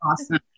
Awesome